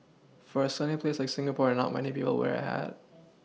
for a sunny place like Singapore are not many people wear a hat